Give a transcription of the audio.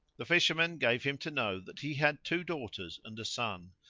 the fisherman gave him to know that he had two daughters and a son,